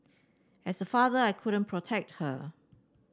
as a father I couldn't protect her